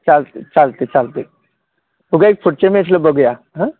चालते चालते चालते बघा एक पुढचे मॅचला बघूया आं चालतंय चालतंय चालतंय बघूया पुढच्या मॅचला बघूया हां